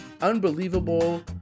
unbelievable